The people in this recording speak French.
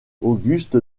auguste